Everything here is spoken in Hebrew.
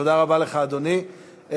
תודה רבה לך, אדוני.